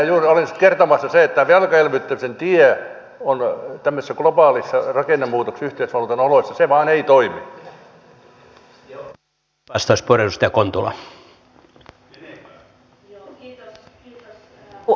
vaan minä juuri olin kertomassa että velkaelvyttämisen tie tämmöisessä globaalissa rakennemuutoksen yhteisvaluutan oloissa ei vaan toimi